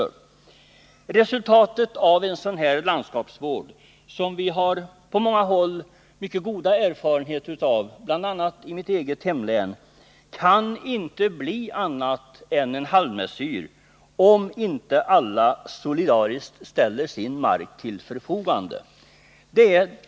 Resultatet av en sådan här landskapsvård, som vi på många håll har goda erfarenheter av bl.a. i mitt eget hemlän, kan inte bli annat än en halvmesyr om inte alla solidariskt ställer sin mark till förfogande.